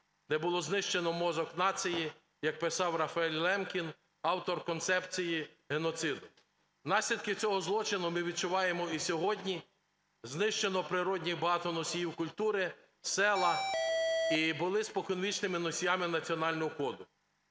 де було знищено мозок нації, як писав Рафаель Лемкін – автор концепції геноциду. Наслідки цього злочину ми відчуваємо і сьогодні. Знищено природніх багато носіїв культури, села і були споконвічними носіями національного коду.